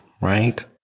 right